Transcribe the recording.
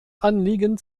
anliegen